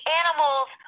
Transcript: animals